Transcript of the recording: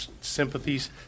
sympathies